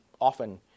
often